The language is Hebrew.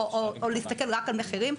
או להסתכל רק על מחירים.